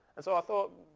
and so i thought,